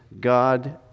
God